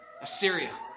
Assyria